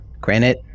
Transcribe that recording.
Granite